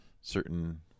certain